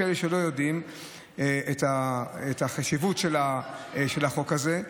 אבל יש כאלה שלא יודעים את החשיבות של החוק הזה.